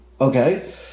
Okay